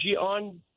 on